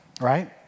right